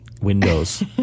Windows